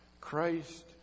Christ